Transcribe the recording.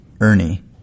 Ernie